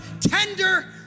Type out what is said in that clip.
tender